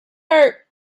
hurt